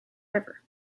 river